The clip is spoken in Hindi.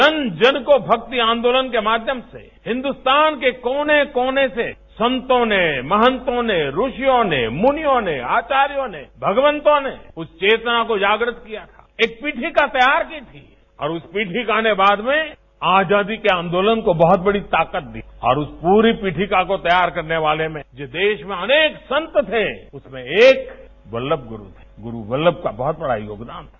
जन जन को भक्ति आंदोलन के माध्यम से हिन्दुस्तान के कोने कोने से संतों ने महंतों ने ऋषियों ने मुनियों ने आचार्यो ने भगवंतों ने उस चेतना को जागृत किया एक पीठिका तैयार की थी और उस पीठिका ने बाद में आजादी की आंदोलन को बहुत बड़ी ताकत दी और उस पूरी पीठिका को तैयार करने वालों में जो देश में अनेक संत थे उसमें एक गुरु बल्लभ का बहुत बड़ा योगदान है